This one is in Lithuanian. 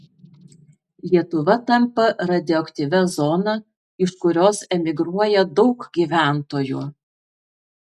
lietuva tampa radioaktyvia zona iš kurios emigruoja daug gyventojų